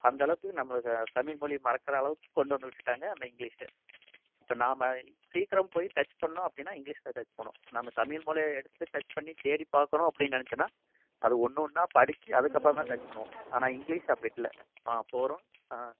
அந்தளவுக்கு நம்மளுக்கு தமிழ்மொழி மறக்கற அளவுக்கு கொண்டு வந்து விட்டுட்டாங்க அந்த இங்லீஷை இப்போ நாம் சீக்கரம் போய் டச் பண்ணிணோம் அப்படினா இங்லீஷை டச் பண்ணுவோம் நம்ம தமிழ்மொழியை எடுத்து டச் பண்ணி தேடி பார்க்கணும் அப்படினு நினச்சனா அது ஒன்று ஒன்றா படிச்சு அதுக்கு அப்புறோந்தான் டச் பண்ணுவோம் ஆனால் இங்லீஷ் அப்படி இல்லை போகிறோம்